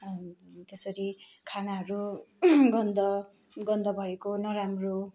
त्यसरी खानाहरू गन्ध गन्ध भएको नराम्रो